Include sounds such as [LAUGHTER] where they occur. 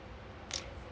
[NOISE]